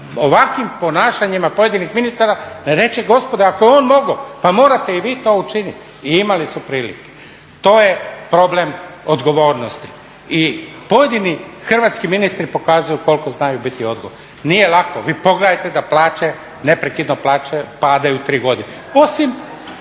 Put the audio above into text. ovakvim ponašanjima pojedinih ministara … ako je on mogao, pa morate i vi to učiniti. I imali su prilike. To je problem odgovornosti i pojedini hrvatski ministri pokazuju koliko znaju biti odgovorni. Nije lako, vi pogledajte da plaće, neprekidno plaće padaju 3 godine, osim